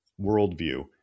worldview